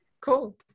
cool